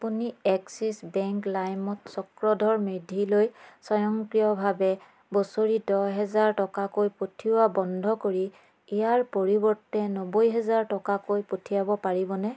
আপুনি Axis bank লাইমত চক্ৰধৰ মেধিলৈ স্বয়ংক্ৰিয়ভাৱে বছৰি দহহেজাৰ টকাকৈ পঠিওৱা বন্ধ কৰি ইয়াৰ পৰিৱৰ্তে নব্বৈ হেজাৰ টকাকৈ পঠিয়াব পাৰিবনে